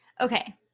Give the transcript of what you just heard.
Okay